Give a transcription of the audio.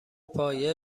پایه